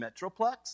Metroplex